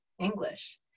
English